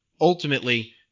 Ultimately